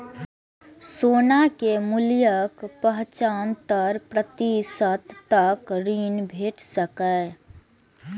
सोना के मूल्यक पचहत्तर प्रतिशत तक ऋण भेट सकैए